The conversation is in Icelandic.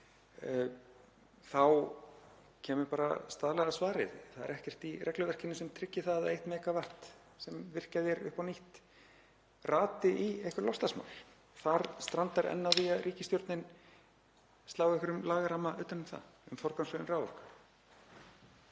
þá kemur bara staðlaða svarið: Það er ekkert í regluverkinu sem tryggir það að 1 MW sem virkjað er upp á nýtt rati í einhver loftslagsmál. Þar strandar enn á því að ríkisstjórnin slái einhvern lagaramma utan um það, um forgangsröðun raforku.